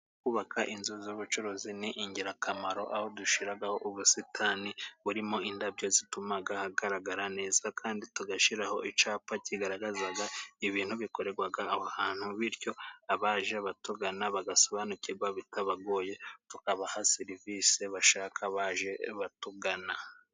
Kubaka inzu z'ubucuruzi ni ingirakamaro, aho dushyiraho ubusitani burimo indabyo zituma hagaragara neza kandi tugashyiraho icyapa kigaragaza ibintu bikorerwa aho hantu ,bityo abaje batugana bagasobanukirwa bitabagoye, tukabaha serivisi bashaka baje batugana.